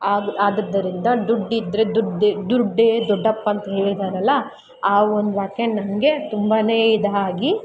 ಆದ್ ಆದುದರಿಂದ ದುಡ್ಡು ಇದ್ದರೆ ದುಡ್ಡು ದುಡ್ಡೇ ದೊಡ್ಡಪ್ಪ ಅಂತ ಹೇಳಿದಾರಲ್ಲ ಆ ಒಂದು ವಾಕ್ಯ ನನಗೆ ತುಂಬನೇ ಇದಾಗಿ